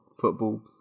football